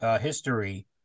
history